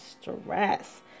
stress